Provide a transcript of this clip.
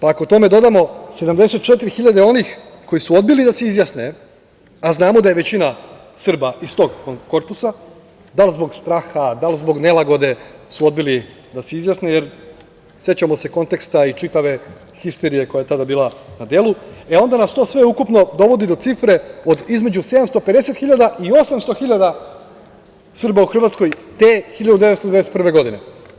Ako tome dodamo 74 hiljade, onih koji su odbili da se izjasne, a znamo da je većina Srba iz tog korpusa, da li zbog straha, da li zbog nelagode, su odbili da se izjasne, jer sećamo se konteksta i čitave histerije koja je tada bila na delu, onda nas to ukupno dovodi do cifre od između 750 hiljada i 800 hiljada Srba u Hrvatskoj, te 1991. godine.